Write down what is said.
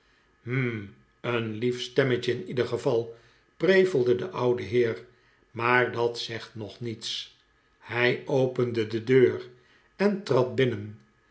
hm een lief stemmetje in ieder geval prevelde de oude heerj maar dat zegt nog niets hij opende de deur en trad binnen